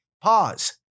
Pause